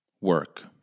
work